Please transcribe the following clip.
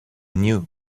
knew